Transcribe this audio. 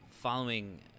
following